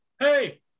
hey